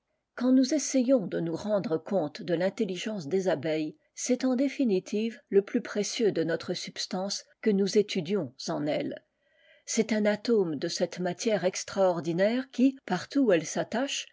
quand nous essayons de nous rendre compte de tintelligence des abeilles c'est en définitive le plus précieux de notre substance que nous étudions en elles c'est un atome de cette matière extraordinaire qui partout où elle s'attache